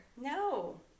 No